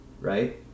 right